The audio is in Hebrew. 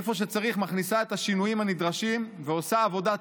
איפה שצריך מכניסה את השינויים הנדרשים ועושה עבודת